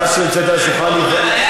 איזה מזל שיש לנו,